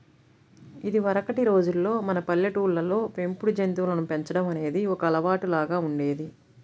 ఇదివరకటి రోజుల్లో మన పల్లెటూళ్ళల్లో పెంపుడు జంతువులను పెంచడం అనేది ఒక అలవాటులాగా ఉండేది